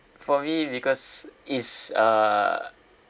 for me because it's uh